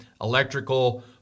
electrical